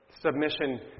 submission